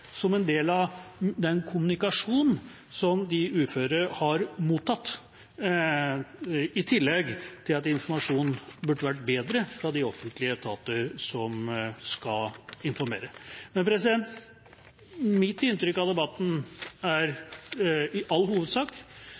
som en del av den kommunikasjonen som de uføre har mottatt, i tillegg til at informasjonen burde ha vært bedre fra de offentlige etatene som skal informere. Mitt inntrykk av debatten er i all hovedsak